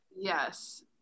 yes